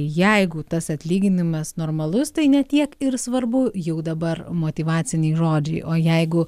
jeigu tas atlyginimas normalus tai ne tiek ir svarbu jau dabar motyvaciniai žodžiai o jeigu